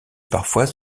parfois